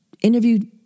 interviewed